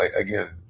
again